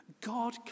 God